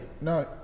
No